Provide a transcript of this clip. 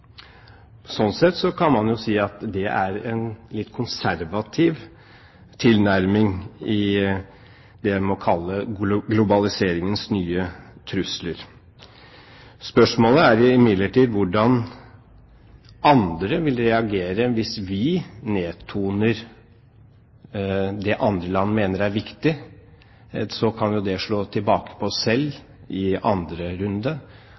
kan man si at det er en litt konservativ tilnærming til det en må kalle globaliseringens nye trusler. Spørsmålet er imidlertid hvordan andre vil reagere hvis vi nedtoner det andre land mener er viktig. Det kan jo slå tilbake på oss selv i andre runde,